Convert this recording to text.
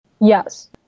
Yes